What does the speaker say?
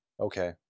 Okay